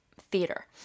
theater